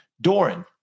Doran